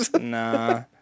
Nah